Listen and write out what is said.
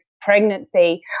pregnancy